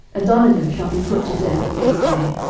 adonijah shall be put to death this day.